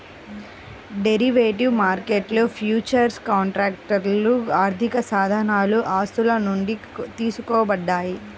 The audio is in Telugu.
డెరివేటివ్ మార్కెట్లో ఫ్యూచర్స్ కాంట్రాక్ట్లు ఆర్థికసాధనాలు ఆస్తుల నుండి తీసుకోబడ్డాయి